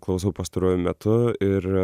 klausau pastaruoju metu ir